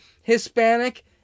Hispanic